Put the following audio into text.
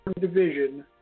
Division